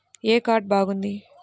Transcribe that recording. ఏ card బాగుంది?